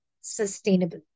sustainable